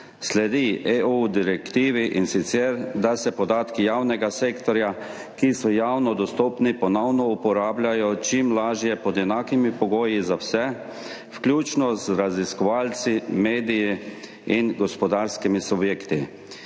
Sledi direktivi EU, in sicer da se podatki javnega sektorja, ki so javno dostopni, ponovno uporabljajo čim lažje, pod enakimi pogoji za vse, vključno z raziskovalci, mediji in gospodarskimi subjekti.